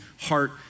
heart